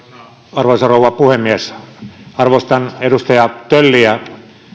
arvoisa rouva puhemies arvostan edustaja tölliä